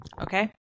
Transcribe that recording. Okay